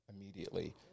immediately